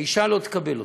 האישה לא תקבל אותו.